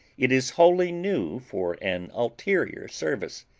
it is wholly new for an ulterior service.